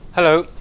Hello